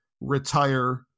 retire